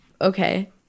okay